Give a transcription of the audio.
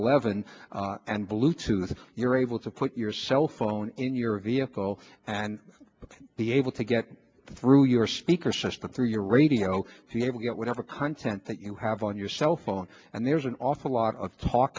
eleven and bluetooth you're able to put your cell phone in your vehicle and be able to get through your speaker system through your radio and able to get whatever content that you have on your cell phone and there's an awful lot of talk